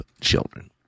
children